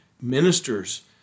ministers